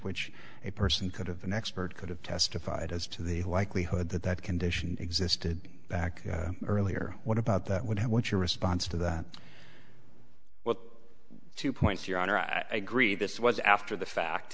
which a person could have an expert could have testified as to the likelihood that that condition existed back earlier what about that would what your response to that what two points your honor i agree this was after the fact